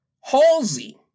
Halsey